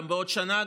גם בעוד שנה,